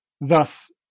Thus